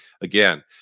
Again